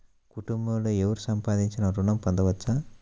కుటుంబంలో ఎవరు సంపాదించినా ఋణం పొందవచ్చా?